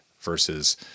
versus